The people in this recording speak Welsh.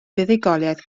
buddugoliaeth